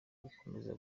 gukomeza